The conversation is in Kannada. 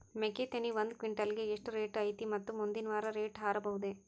ಮೆಕ್ಕಿ ತೆನಿ ಒಂದು ಕ್ವಿಂಟಾಲ್ ಗೆ ಎಷ್ಟು ರೇಟು ಐತಿ ಮತ್ತು ಮುಂದಿನ ವಾರ ರೇಟ್ ಹಾರಬಹುದ?